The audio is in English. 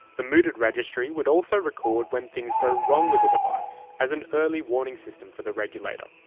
the mooted registry would also record when things go wrong with the device as an early warning system for the regulator.